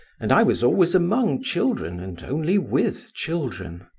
and i was always among children and only with children.